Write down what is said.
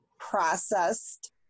processed